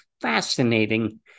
fascinating